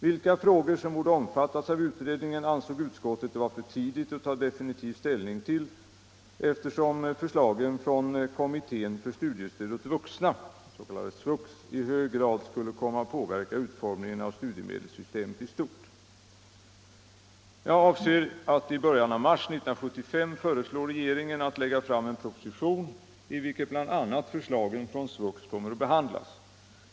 Vilka frågor som borde omfattas av utredningen ansåg utskottet det vara för tidigt att ta definitiv ställning till då eftersom förslagen från kommittén för studiestöd åt vuxna i hög grad skulle komma att påverka utformningen av studiemedelssystemet i stort. Jag avser att i början av mars 1975 föreslå regeringen att lägga fram en proposition i vilken bl.a. förslagen från SVUX kommer att behandlas.